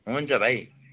हुन्छ भाइ